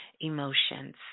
emotions